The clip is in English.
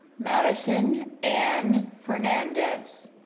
madison anne fernandez